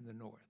in the north